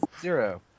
Zero